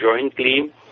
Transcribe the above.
jointly